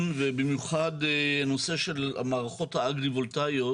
ובמיוחד הנושא של המערכות האגרי-וולטאיות